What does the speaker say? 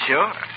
Sure